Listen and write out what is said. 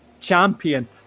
champion